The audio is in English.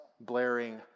blaring